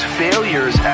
failures